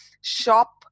Shop